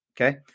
Okay